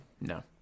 no